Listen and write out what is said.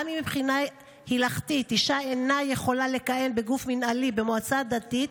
גם אם מבחינה הלכתית אישה אינה יכולה לכהן בגוף מינהלי במועצה דתית,